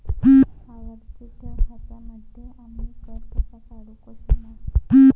आवर्ती ठेव खात्यांमध्ये आम्ही कर कसा काढू?